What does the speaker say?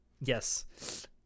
Yes